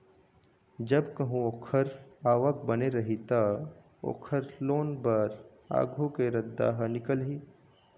जब कहूँ ओखर आवक बने रही त, ओखर लोन बर आघु के रद्दा ह निकलही